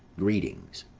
greetings.